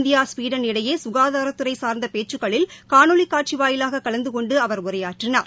India Sweden இடையே சுகாதாரத்துறை சார்ந்த பேச்சுக்களில் காணொலி காட்சி வாயிலாக கலந்து கொண்டு அவர் உரையாற்றினார்